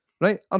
right